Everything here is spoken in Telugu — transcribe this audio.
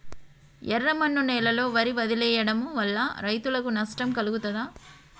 ఎర్రమన్ను నేలలో వరి వదిలివేయడం వల్ల రైతులకు నష్టం కలుగుతదా?